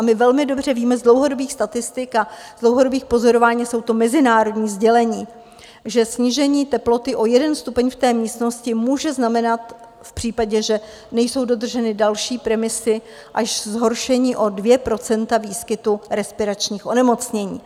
My velmi dobře víme z dlouhodobých statistik a dlouhodobých pozorování, jsou to mezinárodní sdělení, že snížení teploty o jeden stupeň v té místnosti může znamenat v případě, že nejsou dodrženy další premisy, zhoršení až o dvě procenta ve výskytu respiračních onemocnění.